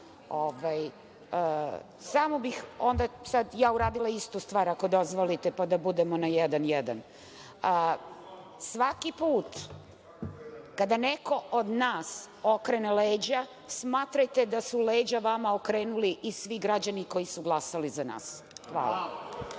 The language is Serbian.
za repliku. Uradila bih istu stvar, ako dozvolite, pa da budemo jedan – jedan. Svaki put kada neko od nas okrene leđa smatrajte da su leđa vama okrenuli i svi građani koji su glasali za nas. Hvala.